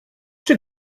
czy